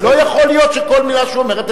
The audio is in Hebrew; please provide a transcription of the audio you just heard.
לא יכול להיות שכל מלה שהוא אומר,